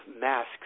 masks